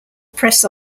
press